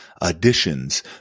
additions